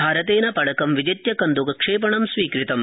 भारतेन पणकं विजित्य कन्द्रकक्षेपणं स्वीकृतम्